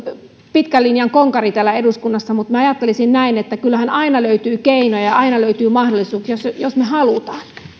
pitkän linjan konkari täällä eduskunnassa mutta minä ajattelisin näin että kyllähän aina löytyy keinoja ja aina löytyy mahdollisuuksia jos me haluamme